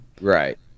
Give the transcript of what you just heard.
Right